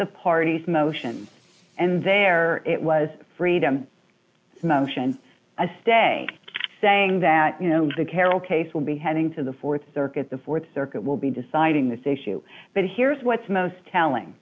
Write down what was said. the parties motion and there it was freedom to motion a stay saying that you know the carroll case will be heading to the th circuit the th circuit will be deciding this issue but here's what's most telling